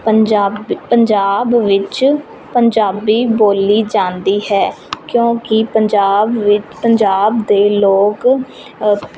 ਪੰਜਾਬੀ ਪੰਜਾਬ ਵਿੱਚ ਪੰਜਾਬੀ ਬੋਲੀ ਜਾਂਦੀ ਹੈ ਕਿਉਂਕਿ ਪੰਜਾਬ ਵਿੱਚ ਪੰਜਾਬ ਦੇ ਲੋਕ